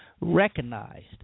recognized